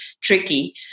tricky